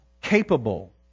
capable